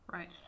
Right